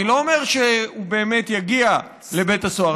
אני לא אומר שהוא באמת יגיע לבית הסוהר.